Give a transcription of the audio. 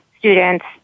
students